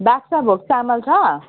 बादशाहभोग चामल छ